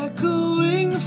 Echoing